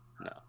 no